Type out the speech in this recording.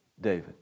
David